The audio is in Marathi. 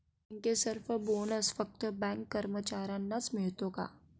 बँकर्स बोनस फक्त बँक कर्मचाऱ्यांनाच मिळतो का?